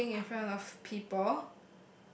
tripping in front of people